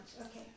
Okay